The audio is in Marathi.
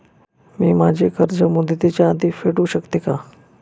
मी माझे कर्ज मुदतीच्या आधी फेडू शकते का?